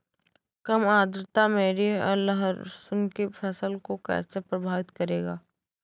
कम आर्द्रता मेरी लहसुन की फसल को कैसे प्रभावित करेगा?